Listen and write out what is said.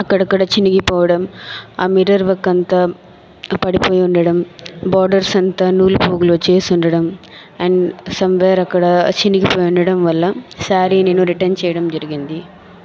అక్కడక్కడ చినిగిపోవడం ఆ మిర్రర్ వర్క్ అంత పడిపోయి ఉండడం బార్డర్స్ అంత నూలు పోగులు వచ్చేసి ఉండడం అండ్ సమ్వేర్ అక్కడ చినిగిపోయి ఉండడం శారీ నేను రిటర్న్ చేయడం జరిగింది